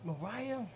Mariah